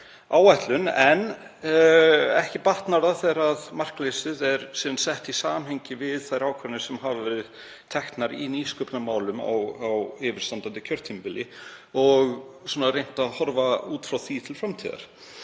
áætlun. En ekki batnar það þegar markleysið er síðan sett í samhengi við þær ákvarðanir sem hafa verið teknar í nýsköpunarmálum á yfirstandandi kjörtímabili og reynt að horfa út frá því til framtíðar.